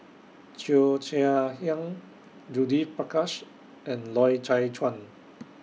Cheo Chai Hiang Judith Prakash and Loy Chye Chuan